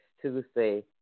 Tuesday